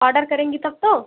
order करेंगी तब तो